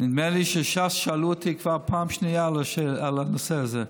נדמה לי שש"ס שאלו אותי כבר פעם שנייה על הנושא הזה.